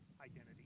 identity